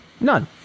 None